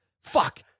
Fuck